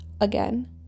again